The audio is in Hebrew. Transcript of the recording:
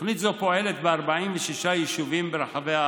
תוכנית זו פועלת ב-46 יישובים ברחבי הארץ.